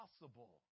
possible